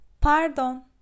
pardon